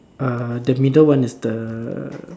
uh the middle one is the